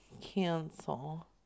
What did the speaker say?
Cancel